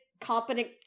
competent